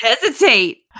hesitate